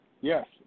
Yes